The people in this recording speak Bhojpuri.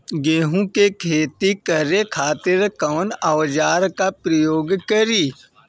गेहूं के खेती करे खातिर कवन औजार के प्रयोग करी?